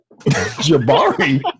Jabari